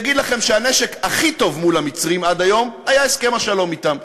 יגיד לכם שהנשק הכי טוב מול המצרים עד היום היה הסכם השלום אתם.